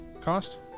cost